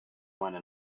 meiner